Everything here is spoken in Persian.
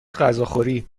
غذاخوری